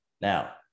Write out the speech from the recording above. Now